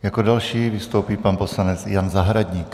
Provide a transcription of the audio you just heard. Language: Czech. Jako další vystoupí pan poslanec Jan Zahradník.